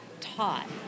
taught